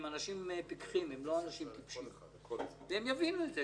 הם אנשים פקחים הם לא אנשים טיפשים והם יבינו את זה